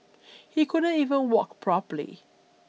he couldn't even walk properly